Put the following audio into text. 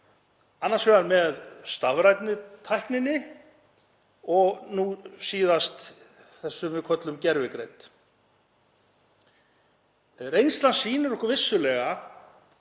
annars vegar með stafrænni tækni og nú síðast því sem við köllum gervigreind. Reynslan sýnir okkur vissulega